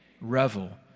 revel